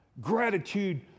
Gratitude